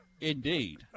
Indeed